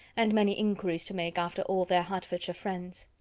and many inquiries to make after all their hertfordshire friends.